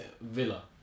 Villa